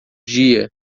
dia